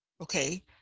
Okay